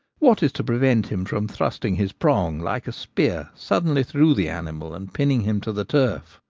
what is to prevent him from thrusting his prong like a spear suddenly through the animal and pinning him to the turf?